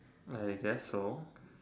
I guess so